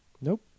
Nope